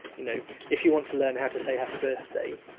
you know if you want to learn how to say happy birthday,